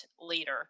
leader